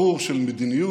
ברור של מדיניות